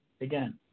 Again